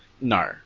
No